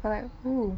like who